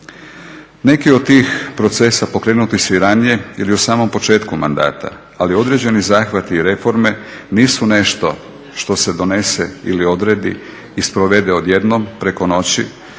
Neki od tih procesa pokrenuti su i ranije ili u samom početku mandata, ali određeni zahvati i reforme nisu nešto što se donese ili odrede i sprovede odjednom preko noći,